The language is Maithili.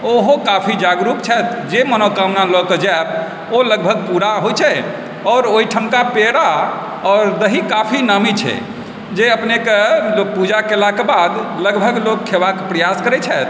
ओहो काफी जागरुक छथि जे मनोकामना लए कऽ जायब ओ लगभग पूरा होइ छै आओर ओहिठामके पेड़ा आओर दही काफी नामी छै जे अपनेके पूजा कयलाके बाद लगभग लोग खैबाके प्रयास करै छथि